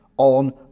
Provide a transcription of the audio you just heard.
on